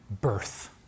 birth